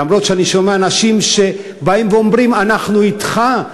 אומנם אני שומע אנשים שבאים ואומרים: אנחנו אתך,